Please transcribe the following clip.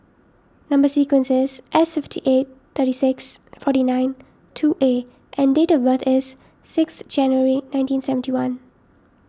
Number Sequence is S fifty eight thirty six forty nine two A and date of birth is six January nineteen seventy one